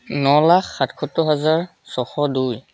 ন লাখ সাতসত্তৰ হাজাৰ ছয়শ দুই